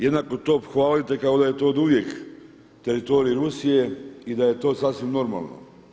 Jednako to hvalite kao da je to oduvijek teritorij Rusije i da je to sasvim normalno.